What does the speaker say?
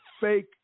fake